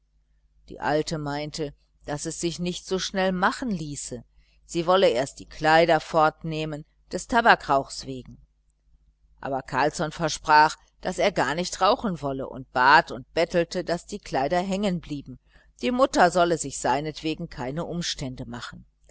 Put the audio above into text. die alte meinte daß es sich nicht so schnell machen ließe sie wolle erst die kleider fortnehmen des tabakrauchs wegen aber carlsson versprach daß er gar nicht rauchen wolle und bat und bettelte daß die kleider hängen blieben die mutter solle sich seinetwegen keine umstände machen